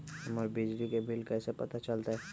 हमर बिजली के बिल कैसे पता चलतै?